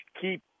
keep